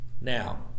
Now